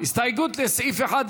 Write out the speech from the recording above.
הסתייגות לסעיף 1,